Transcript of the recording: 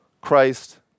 Christ